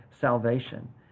salvation